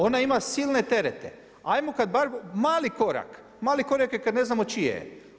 Ona ima silne terete, ajmo mali korak, mali korak kada ne znamo čije je.